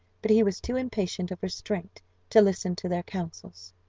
but he was too impatient of restraint to listen to their counsels.